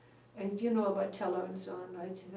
and you know about teller and so on,